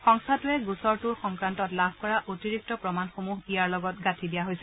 সংস্থাটোৱে গোচৰটোৰ সংক্ৰান্তত লাভ কৰা অতিৰিক্ত প্ৰমাণসমূহ ইয়াৰ লগত গাঁঠি দিছে